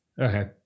Okay